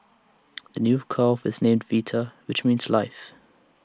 the new calf is named Vita which means life